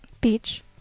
Beach